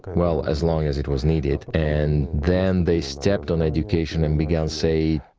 well, as long as it was needed. and then they stepped on education and began, say,